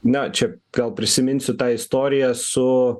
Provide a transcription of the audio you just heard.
na čia gal prisiminsiu tą istoriją su